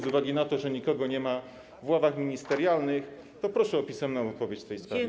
Z uwagi na to, że nikogo nie ma w ławach ministerialnych, proszę o pisemną odpowiedź w tej sprawie.